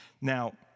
Now